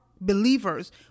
believers